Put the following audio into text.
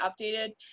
updated